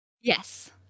yes